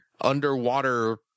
underwater